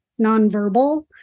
nonverbal